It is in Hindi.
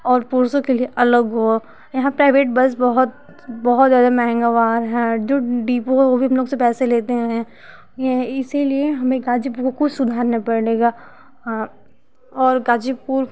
और पुरुषों के लिए अलग हों यहाँ प्राईवेट बस बहुत बहुत ज़्यादा महंगा वहाँ है जो डिपो वो हम लोग से पैसे लेते हैं ये इसलिए हमें गाजीपुर का कुछ सुधारना पड़ेगा और गाजीपुर